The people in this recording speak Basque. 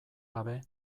gabe